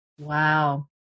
Wow